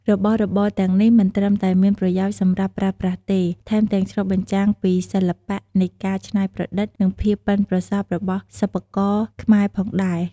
របស់របរទាំងនេះមិនត្រឹមតែមានប្រយោជន៍សម្រាប់ប្រើប្រាស់ទេ ថែមទាំងឆ្លុះបញ្ចាំងពីសិល្បៈនៃការច្នៃប្រឌិត និងភាពប៉ិនប្រសប់របស់សិប្បករខ្មែរផងដែរ។